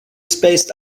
spaced